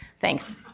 Thanks